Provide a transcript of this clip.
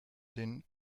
den